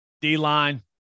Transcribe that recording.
D-line